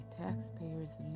taxpayer's